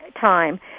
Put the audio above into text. time